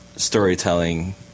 Storytelling